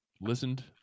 listened